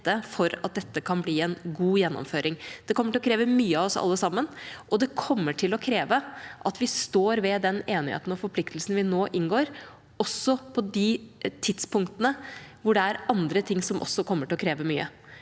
for at dette kan bli en god gjennomføring. Det kommer til å kreve mye av oss alle sammen, og det kommer til å kreve at vi står ved den enigheten og forpliktelsen vi nå inngår, også på de tidspunktene hvor det er andre ting som også kommer til å kreve mye.